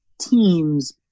teams